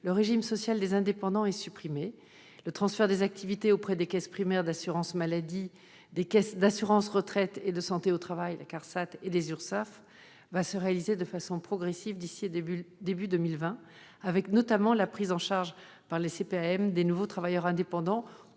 le régime social des indépendants est supprimé. Le transfert des activités auprès des caisses primaires d'assurance maladie, les CPAM, des caisses d'assurance retraite et de la santé au travail, les CARSAT et des URSSAF, va se réaliser de façon progressive d'ici au début 2020, avec notamment la prise en charge par les CPAM des nouveaux travailleurs indépendants